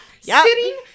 Sitting